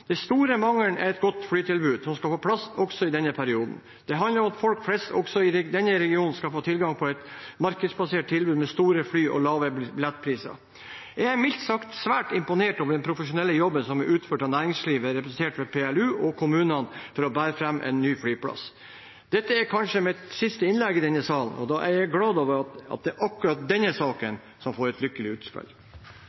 Den store mangelen er et godt flytilbud, noe som også skal på plass i denne perioden. Det handler om at folk flest også i denne regionen skal få tilgang på et markedsbasert tilbud med store fly og lave billettpriser. Jeg er mildt sagt svært imponert over den profesjonelle jobben som er utført av næringslivet, representert ved Polarsirkelen Lufthavnutvikling, PLU, og kommunene for å bære fram en ny flyplass. Dette er kanskje mitt siste innlegg i denne salen, og da er jeg glad for at akkurat denne saken